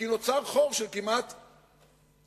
כי נוצר חור של כמעט 2.8,